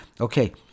Okay